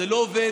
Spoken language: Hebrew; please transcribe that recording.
זה לא עובד,